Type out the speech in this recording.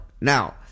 Now